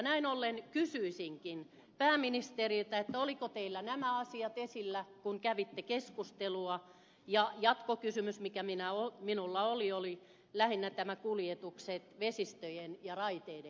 näin ollen kysyisinkin pääministeriltä olivatko teillä nämä asiat esillä kun kävitte keskustelua ja jatkokysymys mikä minulla oli oli lähinnä tämä kuljetukset vesistöjen ja raiteiden kautta